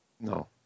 No